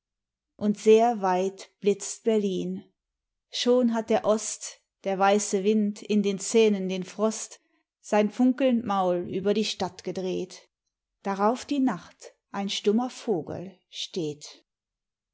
und sehr weit blitzt berlin schon hat der ost der weiße wind in den zähnen den frost sein funkelnd maul über die stadt gedreht darauf die nacht ein stummer vogel steht